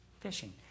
fishing